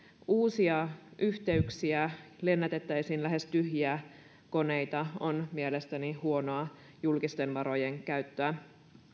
uusia yhteyksiä lennätettäisiin lähes tyhjiä koneita on mielestäni huonoa julkisten varojen käyttöä